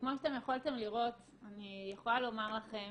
וכמו שאתם יכולתם לראות, אני יכולה לומר לכם